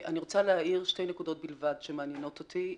אני רוצה להעיר שתי נקודות בלבד שמעניינות אותי,